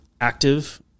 active